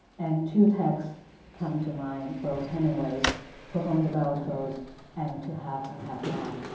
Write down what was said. and two texts come to mind, both hemingway's for whom the bell tolls and to have and have not.